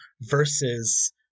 versus